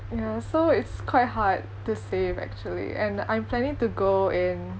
ya so it's quite hard to save actually and I'm planning to go in